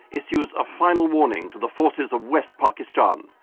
issues a final warning to the forces of west pakistan,